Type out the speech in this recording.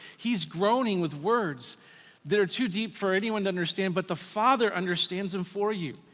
he's groaning with words that are too deep for anyone to understand, but the father understands them for you.